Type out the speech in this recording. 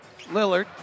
Lillard